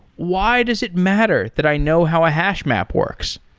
why does it matter that i know how a hashmap works?